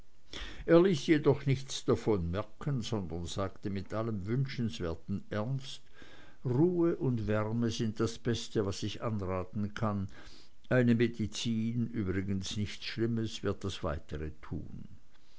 er ließ jedoch nichts davon merken sondern sagte mit allem wünschenswerten ernst ruhe und wärme sind das beste was ich anraten kann eine medizin übrigens nichts schlimmes wird das weitere tun